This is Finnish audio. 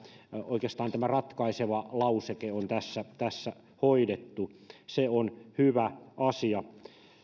oikeastaan tämä ratkaiseva lauseke on tässä tässä hoidettu se on hyvä asia